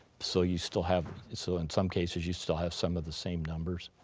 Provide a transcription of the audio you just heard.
so you still have so in some cases you still have some of the same numbers.